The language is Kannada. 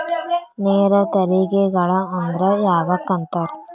ನೇರ ತೆರಿಗೆಗಳ ಅಂದ್ರ ಯಾವಕ್ಕ ಅಂತಾರ